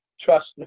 Trust